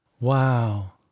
Wow